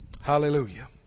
Hallelujah